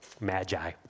Magi